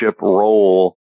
role